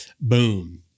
Boom